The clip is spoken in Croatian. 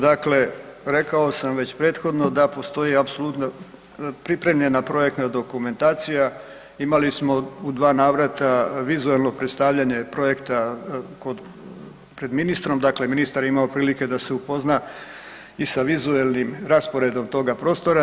Dakle, rekao sam već prethodno da postoji apsolutno pripremljena projektna dokumentacija, imali smo u dva navrata vizualno predstavljanje projekta pred ministrom, dakle ministar je imao prilike da se upozna i sa vizualnim rasporedom toga prostora.